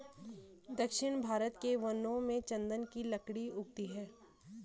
दक्षिण भारत के वनों में चन्दन की लकड़ी उगती है